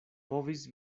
povis